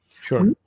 Sure